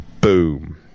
boom